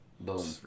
Boom